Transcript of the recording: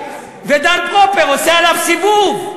ודן פרופר עושה עליו סיבוב.